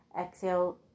exhale